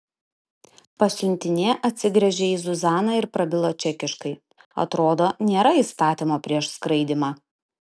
pasiuntinė atsigręžė į zuzaną ir prabilo čekiškai atrodo nėra įstatymo prieš skraidymą